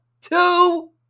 two